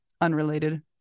unrelated